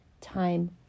time